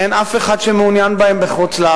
אין אף אחד שמעוניין בהם בחוץ-לארץ,